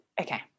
okay